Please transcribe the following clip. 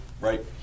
right